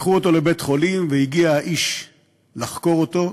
לקחו אותו לבית-חולים, והגיע האיש לחקור אותו.